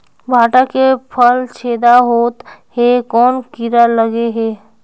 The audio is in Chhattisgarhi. भांटा के फल छेदा होत हे कौन कीरा लगे हे?